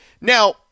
Now